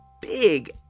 big